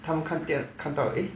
他们看电他们看到 eh